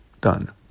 done